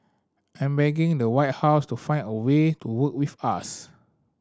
I'm begging the White House to find a way to work with us